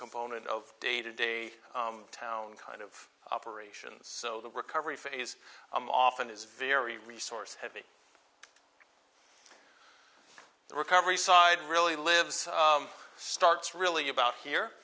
component of day to day town kind of operations so the recovery phase i'm often is very resource heavy the recovery side really lives starts really about here